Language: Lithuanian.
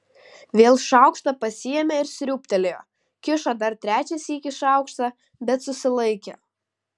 vėl šaukštą pasiėmė ir sriūbtelėjo kišo dar trečią sykį šaukštą bet susilaikė